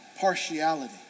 partiality